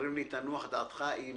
כשאומרים לי: תנוח דעתך, אני